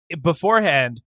beforehand